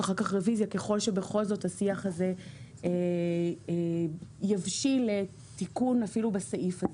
אחר כך רוויזיה ככל שבכל זאת השיח הזה יבשיל לתיקון אפילו בסעיף הזה.